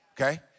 okay